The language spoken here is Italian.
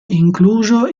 incluso